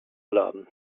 laden